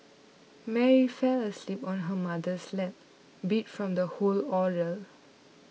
Mary fell asleep on her mother's lap beat from the whole ordeal